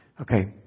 Okay